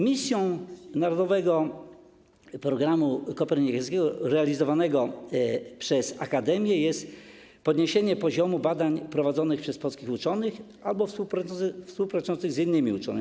Misją Narodowego Programu Kopernikańskiego realizowanego przez akademię jest podniesienie poziomu badań prowadzonych przez polskich uczonych albo współpracujących z innymi uczonymi.